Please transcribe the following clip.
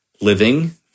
living